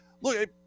look